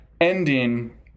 ending